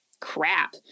crap